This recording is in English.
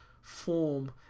form